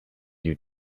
you